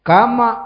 Kama